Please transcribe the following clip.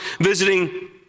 visiting